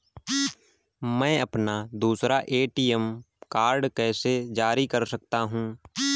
मैं अपना दूसरा ए.टी.एम कार्ड कैसे जारी कर सकता हूँ?